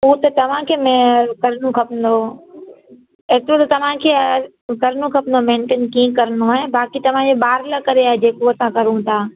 उहो त तव्हांखे करिणो खपंदो एतिरो त तव्हांखे करिणो खपंदो मेंटेन कीअं करिणो आहे बाक़ी तव्हां हीउ ॿारु लाइ करे ऐं जेको असां करियूं था